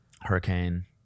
hurricane